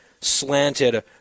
slanted